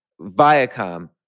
Viacom